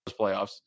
playoffs